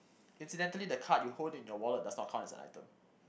incidentally the card you hold in your wallet does not count as an item